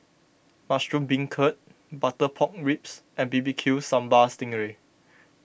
Mushroom Beancurd Butter Pork Ribs and B B Q Sambal Sting Ray